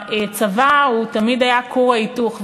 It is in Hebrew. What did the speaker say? הצבא תמיד היה כור ההיתוך,